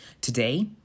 Today